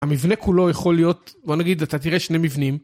המבנה כולו יכול להיות, בוא נגיד אתה תראה שני מבנים.